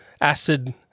acid